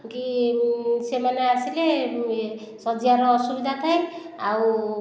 କି ସେମାନେ ଆସିଲେ ଶଯ୍ୟାର ଅସୁବିଧା ଥାଏ ଆଉ